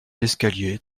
l’escalier